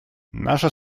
наша